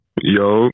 Yo